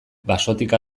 basotik